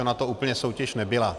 Ona to úplně soutěž nebyla.